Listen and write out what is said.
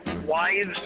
wives